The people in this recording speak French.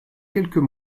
quelques